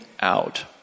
out